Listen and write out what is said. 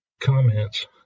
comments